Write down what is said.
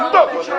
הוא יבדוק.